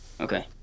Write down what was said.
Okay